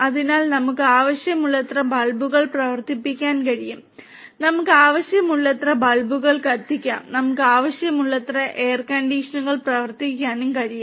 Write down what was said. അതിനാൽ നമുക്ക് ആവശ്യമുള്ളത്ര ബൾബുകൾ പ്രവർത്തിപ്പിക്കാൻ കഴിയും നമുക്ക് ആവശ്യമുള്ളത്ര ബൾബുകൾ കത്തിക്കാം നമുക്ക് ആവശ്യമുള്ളത്ര എയർകണ്ടീഷണറുകൾ പ്രവർത്തിപ്പിക്കാനും കഴിയും